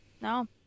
no